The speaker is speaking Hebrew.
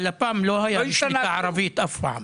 הלפ"ם לא היה בשליטה ערבית מעולם.